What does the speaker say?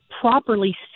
properly